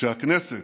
שהכנסת,